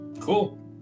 Cool